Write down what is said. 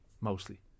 mostly